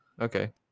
Okay